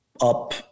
up